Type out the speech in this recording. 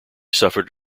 suffered